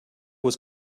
was